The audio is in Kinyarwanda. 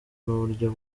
n’uburyo